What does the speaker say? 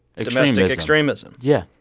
domestic extremism yeah,